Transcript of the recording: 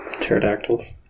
Pterodactyls